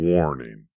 Warning